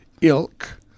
ilk